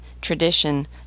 tradition